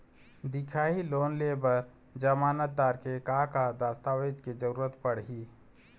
दिखाही लोन ले बर जमानतदार के का का दस्तावेज के जरूरत पड़ही?